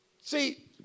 See